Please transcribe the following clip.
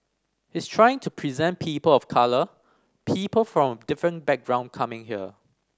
he's trying to present people of colour people from a different background coming here